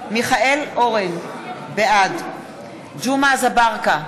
מיכאל אורן, בעד ג'מעה אזברגה,